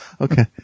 Okay